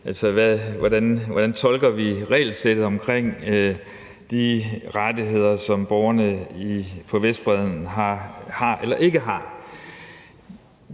vi skal tolke regelsættet om de rettigheder, som borgerne på Vestbredden har eller ikke har.